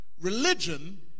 religion